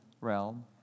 realm